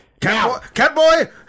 Catboy